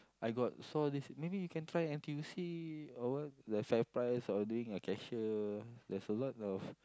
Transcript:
I got saw this maybe you can try N_T_U_C or what the FairPrice or doing a cashier there's a lot of